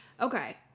Okay